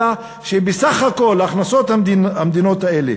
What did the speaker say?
אלא שבסך הכול הכנסות המדינות האלה